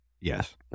Yes